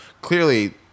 Clearly